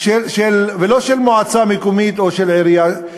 ולא של מועצה מקומית או של עירייה,